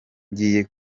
ngiye